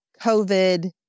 COVID